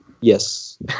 Yes